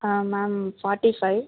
ah ma'am forty five